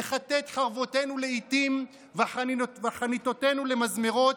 נכתת חרבותינו לאיתים וחניתותינו למזמרות,